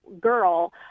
girl